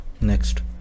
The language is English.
Next